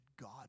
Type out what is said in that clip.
God